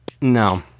No